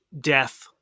death